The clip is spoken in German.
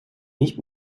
nicht